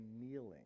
kneeling